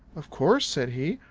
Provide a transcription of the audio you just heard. of course, said he.